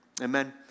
Amen